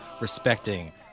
respecting